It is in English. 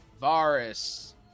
Varus